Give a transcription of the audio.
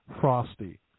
frosty